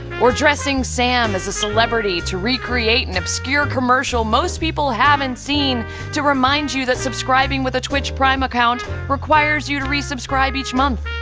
or dressing sam as a celebrity to recreate an obscure commercial most people haven't seen to remind you that subscribing with a twitch prime account requires you to resubscribe each month.